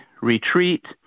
retreat